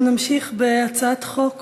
אנחנו נמשיך בהצעת חוק